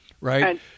right